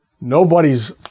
nobody's